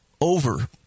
over